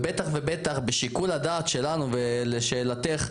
בשיקול הדעת שלנו לשאלתך,